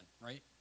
right